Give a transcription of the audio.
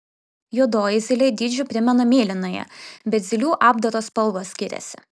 juodoji zylė dydžiu primena mėlynąją bet zylių apdaro spalvos skiriasi